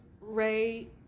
ray